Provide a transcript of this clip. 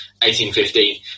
1815